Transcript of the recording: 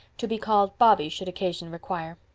to be called bobby should occasion require.